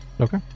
Okay